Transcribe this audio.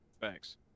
Thanks